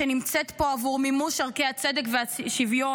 שנמצאת פה בעבור מימוש ערכי הצדק והשוויון,